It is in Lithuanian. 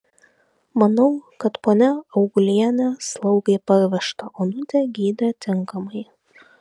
manau kad ponia augulienė slaugai parvežtą onutę gydė tinkamai